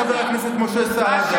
חבר הכנסת משה סעדה.